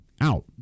out